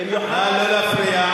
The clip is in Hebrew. במיוחד כאשר, נא לא להפריע.